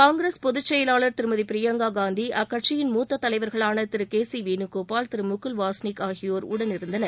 காங்கிரஸ் பொதுச்செயலாளர் திருமதி பிரியங்கா காந்தி அக்கட்சியின் மூத்த தலைவர்களான திரு கே சி வேணுகோபால் திரு முகுல் வாஸ்னிக் ஆகியோர் உடனிருந்தனர்